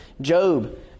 Job